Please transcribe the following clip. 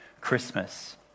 Christmas